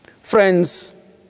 Friends